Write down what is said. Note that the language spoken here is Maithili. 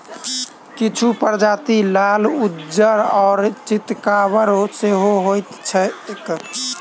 किछु प्रजाति लाल, उज्जर आ चितकाबर सेहो होइत छैक